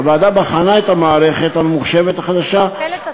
הוועדה בחנה את המערכת הממוחשבת החדשה, הצבעה.